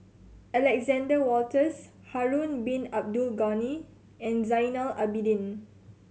Alexander Wolters Harun Bin Abdul Ghani and Zainal Abidin